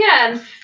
again